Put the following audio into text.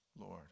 Lord